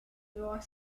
roar